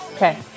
Okay